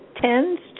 tends